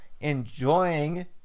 enjoying